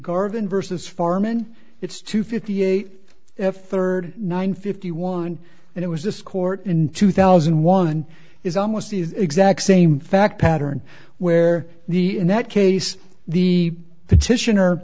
garvin versus farman it's two fifty eight f third nine fifty one and it was this court in two thousand and one and is almost the exact same fact pattern where the in that case the petition